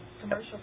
Commercial